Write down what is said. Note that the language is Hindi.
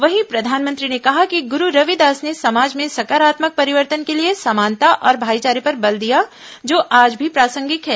वहीं प्रधानमंत्री ने कहा कि गुरु रविदास ने समाज में सकारात्मक परिवर्तन के लिए समानता और भाईचारे पर बल दिया जो आज भी प्रासंगिक हैं